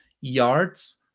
yards